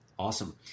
Awesome